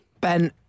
Ben